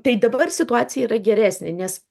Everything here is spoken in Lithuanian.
tai dabar situacija yra geresnė nes